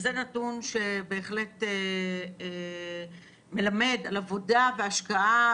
זה נתון שבהחלט מלמד על עבודה והשקעה